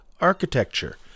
architecture